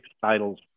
titles